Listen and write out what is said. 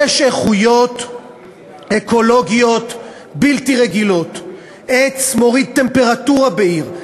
יש איכויות אקולוגיות בלתי רגילות: עץ מוריד טמפרטורה בעיר,